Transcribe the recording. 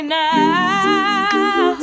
now